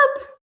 up